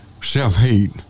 self-hate